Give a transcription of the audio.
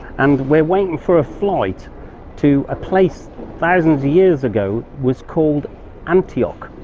and we're waiting for a flight to a place thousands of years ago was called antioch.